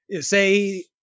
say